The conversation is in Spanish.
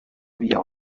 vía